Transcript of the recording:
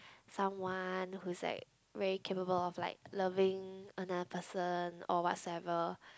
someone who is like very capable of like loving another person or whatsoever